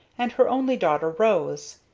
and her only daughter, rose.